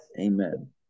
Amen